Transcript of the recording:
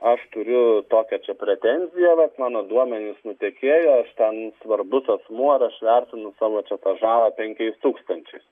aš turiu tokią čia pretenziją vat mano duomenys nutekėjo aš ten svarbus asmuo ir aš vertinu savo čia tą žalą penkiais tūkstančiais